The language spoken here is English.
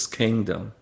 kingdom